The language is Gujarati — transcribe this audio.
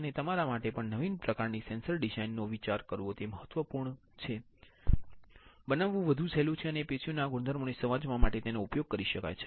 અને તમારા માટે પણ નવીન પ્રકારની સેન્સર ડિઝાઇન નો વિચાર કરવો તે મહત્વપૂર્ણ છે કે જે બનાવવું વધુ સહેલું છે અને પેશીઓના ગુણધર્મોને સમજવા માટે તેનો ઉપયોગ કરી શકાય છે